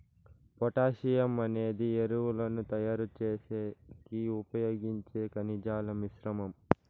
potassium అనేది ఎరువులను తయారు చేసేకి ఉపయోగించే ఖనిజాల మిశ్రమం